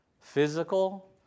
physical